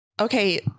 Okay